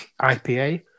IPA